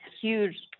huge